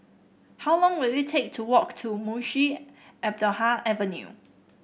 how long will it take to walk to Munshi Abdullah Avenue